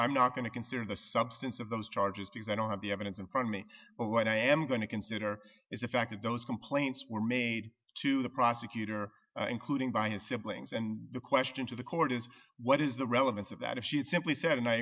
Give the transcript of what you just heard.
i'm not going to consider the substance of those charges because i don't have the evidence and for me but what i am going to consider is the fact that those complaints were made to the prosecutor including by his siblings and the question to the court is what is the relevance of that if she had simply said and i